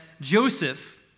Joseph